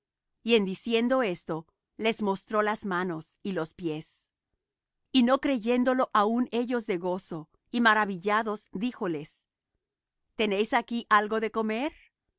y en diciendo esto les mostró las manos y los pies y no creyéndolo aún ellos de gozo y maravillados díjoles tenéis aquí algo de comer